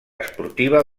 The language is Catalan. esportiva